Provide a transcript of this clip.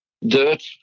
dirt